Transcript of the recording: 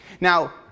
Now